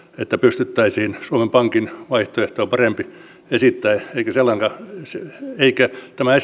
että pystyttäisiin suomen pankin vaihtoehtoa parempi esittämään tämä